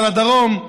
על הדרום.